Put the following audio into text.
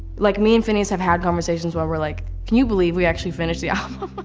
like me and finneas have had conversations where we're like, can you believe we actually finished the ah